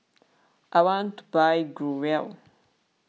I want to buy Growell